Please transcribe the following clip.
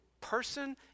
person